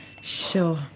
Sure